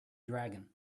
dragon